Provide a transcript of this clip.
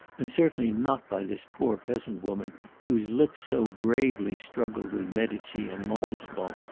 and certainly not by this poor peasant-woman whose lips so bravely struggled with medici, and montespan,